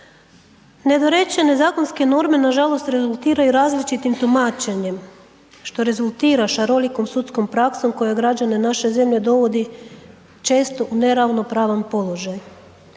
Nedorečene zakonske norme nažalost rezultiraju različitim tumačenjem, što rezultira šarolikom sudskom praksom koje građane naše zemlje dovodi često u neravnopravan položaj.